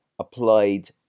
applied